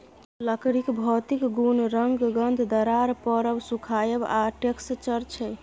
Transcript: लकड़ीक भौतिक गुण रंग, गंध, दरार परब, सुखाएब आ टैक्सचर छै